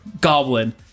goblin